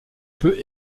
peut